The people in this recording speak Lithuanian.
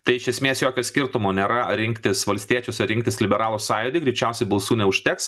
tai iš esmės jokio skirtumo nėra rinktis valstiečius ar rinktis liberalų sąjūdį greičiausiai balsų neužteks